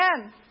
Amen